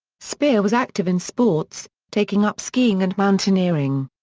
speer was active in sports, taking up skiing and mountaineering.